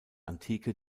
antike